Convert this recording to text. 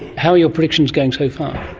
how are your predictions going so far?